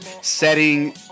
setting